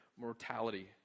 mortality